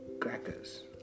crackers